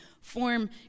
form